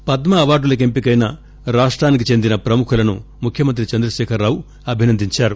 ఎం పద్మ అవార్డులకు ఎంపికైన రాష్టానికి చెందిన ప్రముఖులను ముఖ్యమంత్రి చంద్రకేఖరరావు అభినందించారు